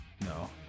No